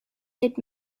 did